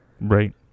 Right